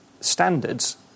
standards